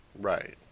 Right